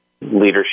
leadership